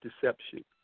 deception